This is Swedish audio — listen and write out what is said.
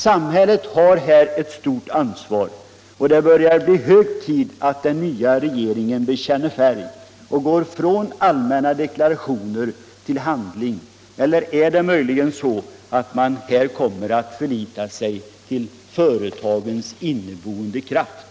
Samhället har här ett stort ansvar. Det börjar bli hög tid att den nya regeringen bekänner färg och går från allmänna deklarationer till handling. Eller är det möjligen så att man här kommer att förlita sig på företagens inneboende kraft?